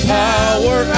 power